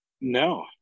No